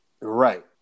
Right